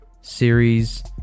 series